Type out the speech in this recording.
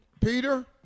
peter